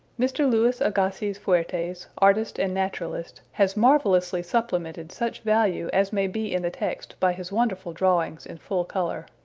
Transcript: mr. louis agassiz fuertes, artist and naturalist, has marvelously supplemented such value as may be in the text by his wonderful drawings in full color.